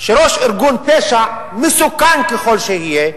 שראש ארגון פשע, מסוכן ככל שיהיה,